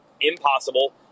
impossible